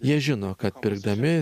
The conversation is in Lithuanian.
jie žino kad pirkdami